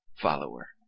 follower